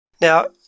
Now